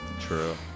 true